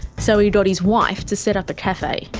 so he got his wife to set up a cafe.